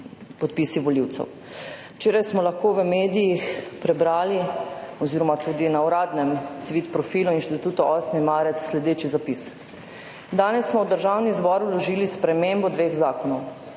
podpisi volivcev. Včeraj smo lahko v medijih oziroma tudi na uradnem tvit profilu Inštituta 8. marec prebrali sledeči zapis: »Danes smo v Državni zbor vložili spremembo dveh zakonov.